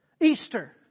Easter